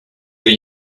the